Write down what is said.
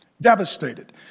devastated